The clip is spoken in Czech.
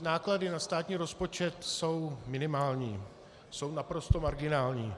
Náklady na státní rozpočet jsou minimální, jsou naprosto marginální.